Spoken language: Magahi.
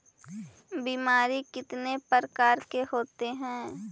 बीमारी कितने प्रकार के होते हैं?